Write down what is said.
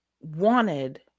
wanted